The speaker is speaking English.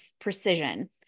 Precision